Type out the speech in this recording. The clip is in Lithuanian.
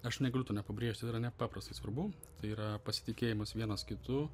aš negaliu to nepabrėžti tai yra nepaprastai svarbu tai yra pasitikėjimas vienas kitu